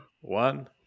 one